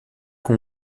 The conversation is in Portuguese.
com